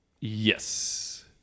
Yes